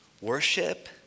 Worship